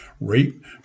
rape